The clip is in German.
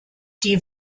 die